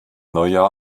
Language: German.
neujahr